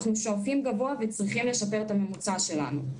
אנחנו שואפים גבוה ואנחנו צריכים לשפר את הממוצע שלנו.